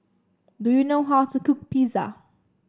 do you know how to cook Pizza